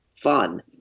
fun